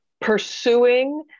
pursuing